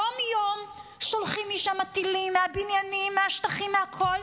כל יום מביאים את ה-drones --- רחפנים.